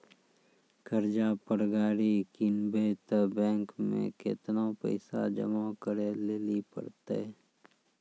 कर्जा पर गाड़ी किनबै तऽ बैंक मे केतना पैसा जमा करे लेली पड़त?